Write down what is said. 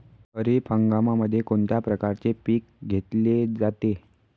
खरीप हंगामामध्ये कोणत्या प्रकारचे पीक घेतले जाते?